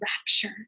rapture